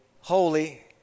holy